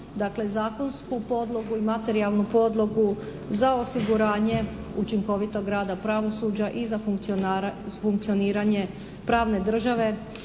zakonsku podlogu i materijalnu podlogu za osiguranje učinkovitog rada pravosuđa i za funkcioniranje pravne države